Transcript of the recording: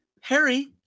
Harry